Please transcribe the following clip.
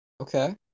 Okay